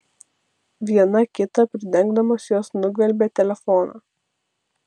viena kitą pridengdamos jos nugvelbė telefoną